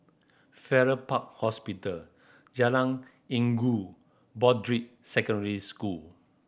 Farrer Park Hospital Jalan Inggu Broadrick Secondary School